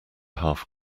half